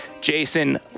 Jason